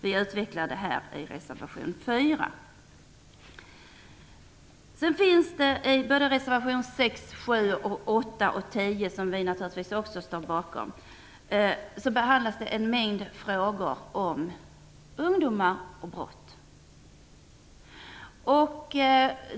Vi utvecklar detta resonemang i reservation 4. I reservationerna 6, 7, 8 och 10, som vi naturligtvis också står bakom, behandlas en mängd frågor om ungdomar och brott.